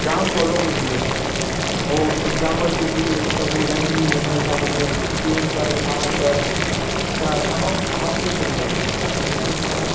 जाम सवलो कंदी हुई असांखे उहो एग्ज़ाम्पल ॾींदी हुई सभु ॿुधाईंदी हुई हुन हिसाब में कीअं कर छा कर त असां मस्तु थी वेंदो हुयो एग्ज़ाम हिकदमि अहा